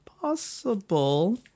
possible